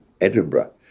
Edinburgh